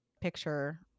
picture